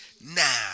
Now